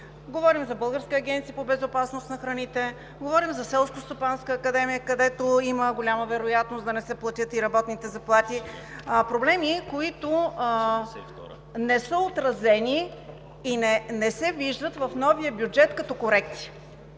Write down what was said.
Говорим за Българската агенция по безопасност на храните; говорим за Селскостопанската академия, където има голяма вероятност да не се платят и работните заплати. Проблеми, които не са отразени и не се виждат в новия бюджет като корекция.